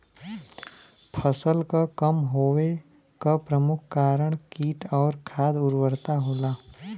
फसल क कम होवे क प्रमुख कारण कीट और खाद उर्वरता होला